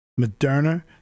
Moderna